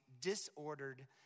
disordered